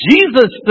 Jesus